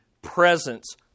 presence